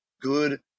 good